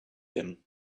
him